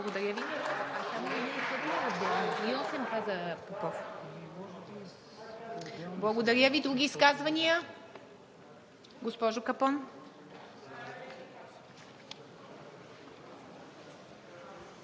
Благодаря Ви. Други изказвания? Госпожо Капон.